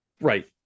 Right